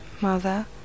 Mother